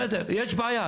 בסדר, יש בעיה.